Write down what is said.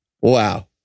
Wow